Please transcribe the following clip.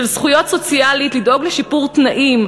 של זכויות סוציאליות, לדאוג לשיפור תנאים,